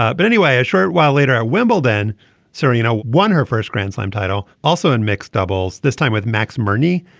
ah but anyway a short while later our wimbledon serena so you know won her first grand slam title also in mixed doubles this time with max murphy.